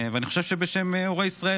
ואני חושב שבשם הורי ישראל,